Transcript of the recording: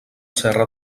serra